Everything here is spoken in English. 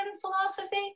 philosophy